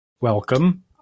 welcome